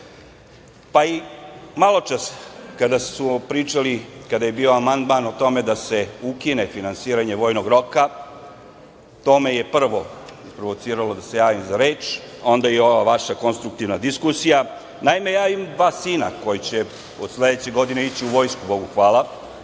pa i maločas kada je bio amandman o tome da se ukine finansiranje vojnog roka, to me je prvo isprovociralo da se javim za reč, a onda i ova vaša konstruktivna diskusija. Naime, ja imam dva sina koji će od sledeće godine ići u vojsku, Bogu hvala,